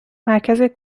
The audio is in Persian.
مرکز